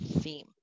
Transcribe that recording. theme